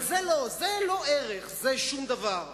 אבל זה לא ערך, זה שום דבר,